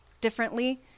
differently